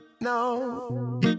no